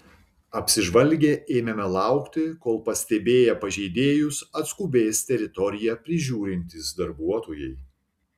apsižvalgę ėmėme laukti kol pastebėję pažeidėjus atskubės teritoriją prižiūrintys darbuotojai